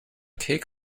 cake